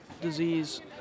disease